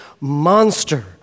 monster